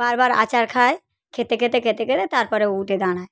বারবার আছাড় খায় খেতে খেতে খেতে খেতে তারপরে উঠে দাঁড়ায়